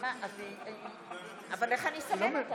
חברת הכנסת וולדיגר, אני אתן לך לעשות משולב.